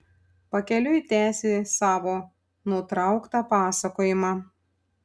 pakeliui tęsi savo nutrauktą pasakojimą